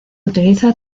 utiliza